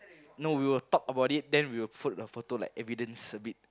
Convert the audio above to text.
no we will talk about it then we will put the photo like evidence a bit